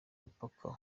mupaka